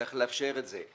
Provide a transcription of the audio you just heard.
צריך לאפשר את זה.